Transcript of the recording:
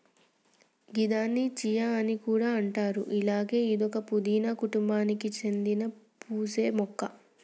గిదాన్ని చియా అని కూడా అంటారు అలాగే ఇదొక పూదీన కుటుంబానికి సేందిన పూసే మొక్క